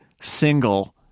single